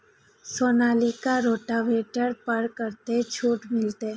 Sonalika rotavator पर कतेक छूट मिलते?